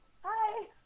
hi